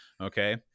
Okay